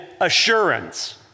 assurance